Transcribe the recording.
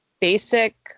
basic